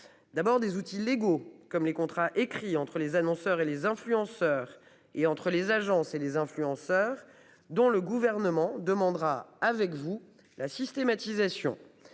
D'abord des outils légaux comme les contrats écrits entre les annonceurs et les influenceurs et entre les agences et les influenceurs dont le gouvernement demandera avec vous la systématisation.